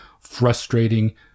frustrating